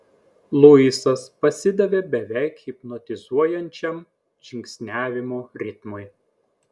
luisas pasidavė beveik hipnotizuojančiam žingsniavimo ritmui